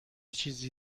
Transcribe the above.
چیزی